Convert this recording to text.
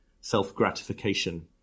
self-gratification